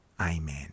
Amen